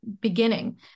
beginning